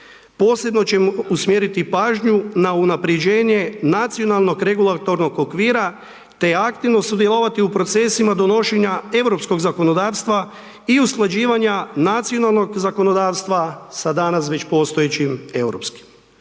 Posebno ćemo usmjeriti pažnju na unaprjeđenje nacionalnog regulatornog okvira te aktivno sudjelovati u procesima donošenja europskog zakonodavstva i usklađivanja nacionalnog zakonodavstva sa danas već postojećim europskim.